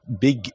big